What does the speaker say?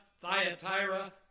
Thyatira